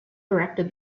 directed